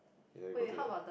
ya you go to the